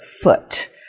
foot